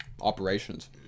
Operations